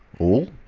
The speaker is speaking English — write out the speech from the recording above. all!